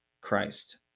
Christ